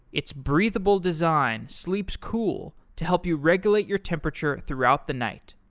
its breathable design sleeps cool to help you regulate your temperature throughout the night.